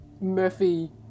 Murphy